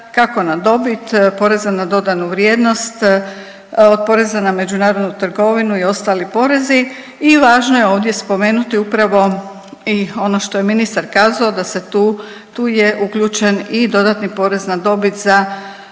kako na dobit, poreza na dodanu vrijednost, od poreza na međunarodnu trgovinu i ostali porezi i važno je ovdje spomenuti upravo i ono što je ministar kazao da se tu, tu je uključen i dodatni porez na dobit za